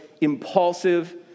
impulsive